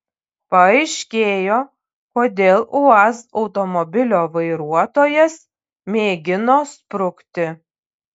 paaiškėjo kodėl uaz automobilio vairuotojas mėgino sprukti